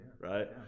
Right